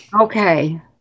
okay